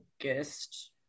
August